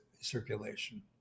circulation